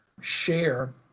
share